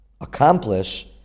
accomplish